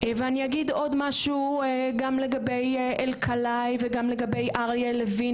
אני אגיד עוד משהו גם לגבי אלקלעי וגם לגבי אריה לוין